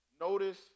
Notice